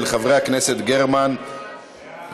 של חברי הכנסת גרמן וילין.